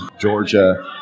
Georgia